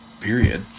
period